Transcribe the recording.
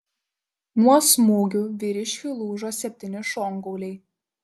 nuo smūgių vyriškiui lūžo septyni šonkauliai